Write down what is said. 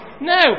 no